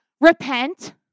repent